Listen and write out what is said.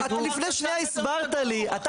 לפני שנייה אתה הסברת לי שהחדר סגור ואין בעיית capacity.